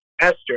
Esther